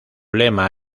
lema